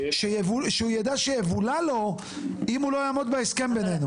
שהוא ידע שיבולע לו אם הוא לא יעמוד בהסכם בינינו.